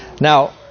Now